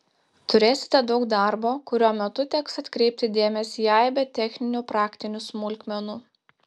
turėsite daug darbo kurio metu teks atkreipti dėmesį į aibę techninių praktinių smulkmenų